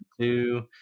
two